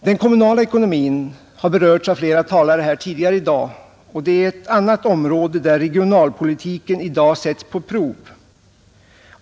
Den kommunala ekonomin har berörts av flera tidigare talare, och den är ett annat område där regionalpolitiken i dag sätts på prov.